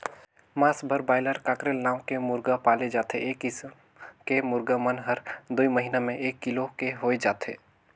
मांस बर broiler, cockerel नांव के मुरगा पाले जाथे ए किसम के मुरगा मन हर दूई महिना में एक किलो के होय जाथे